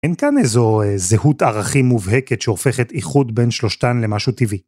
אין כאן איזו זהות ערכים מובהקת שהופכת איחוד בין שלושתן למשהו טבעי.